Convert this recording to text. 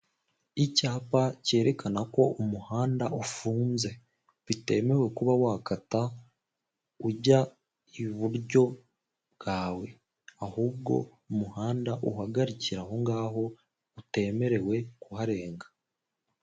Icyapa kerekena ko umuhanda ufunze bitemewe kuba wakata ujya iburyo bwawe, ahubwo umuhanda uhagarikiwe ahongaho utemerewe kuharenga.